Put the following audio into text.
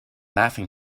laughing